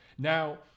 Now